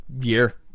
year